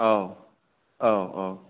औ औ औ